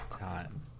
time